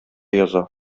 яза